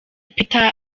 peter